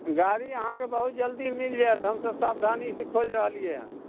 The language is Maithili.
गाड़ी अहाँके बहुत जल्दी मिल जाएत हमसब सावधानी से खोजि रहलियै हँ